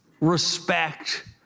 respect